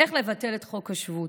איך לבטל את חוק השבות,